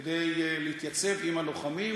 כדי להתייצב עם הלוחמים